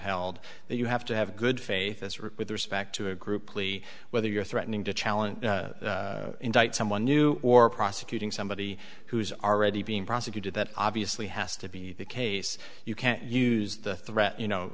that you have to have good faith as rick with respect to a group plea whether you're threatening to challenge indict someone new or prosecuting somebody who is already being prosecuted that obviously has to be the case you can't use the threat you know